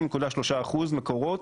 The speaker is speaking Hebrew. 60.3% מקורות